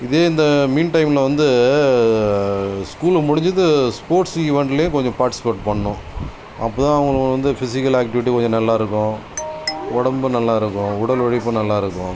இதே இந்த மீன் டைமில் வந்து ஸ்கூல் முடிஞ்சதும் ஸ்போர்ட்ஸ்லையும் ஈவெண்ட்லையும் கொஞ்சம் பார்ட்டிசிபேட் பண்ணணும் அப்போதான் அவங்களுக்கு வந்து பிஸிக்கல் ஆக்ட்டிவிட்டி கொஞ்சம் நல்லாருக்கும் உடம்பு நல்லாருக்கும் உடல் உழைப்பு நல்லாருக்கும்